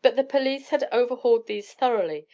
but the police had overhauled these thoroughly,